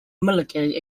military